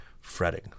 fretting